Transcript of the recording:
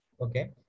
Okay